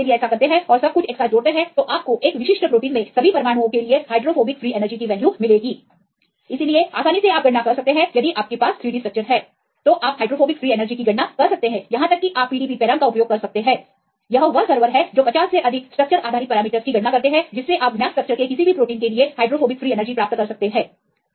सब रेसिड्यूजके लिए करते हैं और सब कुछ एक साथ जोड़ते हैं तो आपको एक विशेष प्रोटीन में सभी परमाणुओं के लिए Ghy के लिए वैल्यू मिलेगी इसलिए आसानी से आप गणना कर सकते हैं यदि हमारे पास 3 Dस्ट्रक्चरस हैं तो आप हाइड्रोफोबिक फ्रीएनर्जी की गणना कर सकते हैं यहां तक PDBparam का उपयोग कर सकते हैं यह वह सर्वर है जो पचास से अधिक स्ट्रक्चर आधारित पैरामीटर्स की गणना करता है जिससे आप ज्ञात स्ट्रक्चरस के किसी भी प्रोटीन के लिए हाइड्रोफोबिक फ्री एनर्जी प्राप्त कर सकते हैं